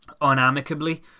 unamicably